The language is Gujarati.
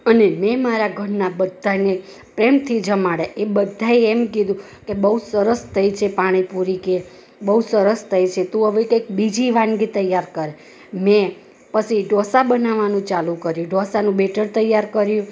અને મેં મારા ઘરના બધાયને પ્રેમથી જમાડ્યા એ બધાયે એમ કીધું કે બહુ સરસ થઈ છે પાણીપુરી કે બહુ સરસ થઈ છે તું હવે કંઈક બીજી વાનગી તૈયાર કર મેં પછી ઢોસા બનાવવાનું ચાલુ કર્યું ઢોસાનું બેટર તૈયાર કર્યું